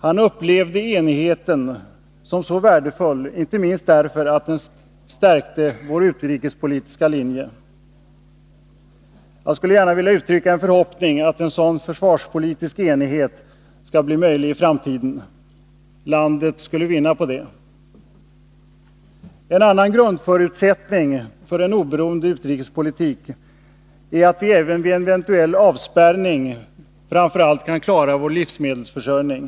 Han upplevde enigheten som mycket värdefull, inte minst därför att den stärkte vår utrikespolitiska linje. Jag skulle gärna vilja uttrycka en förhoppning att en sådan försvarspolitisk enighet skall bli möjlig i framtiden. Landet skulle vinna på det. En annan grundförutsättning för en oberoende utrikespolitik är att vi även vid en eventuell avspärrning framför allt kan klara vår livsmedelsförsörjning.